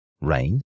rain